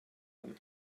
them